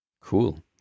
cool